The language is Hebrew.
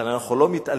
אבל אנחנו לא מתעלמים